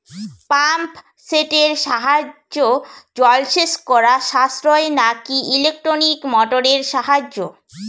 Pump সেটের সাহায্যে জলসেচ করা সাশ্রয় নাকি ইলেকট্রনিক মোটরের সাহায্যে?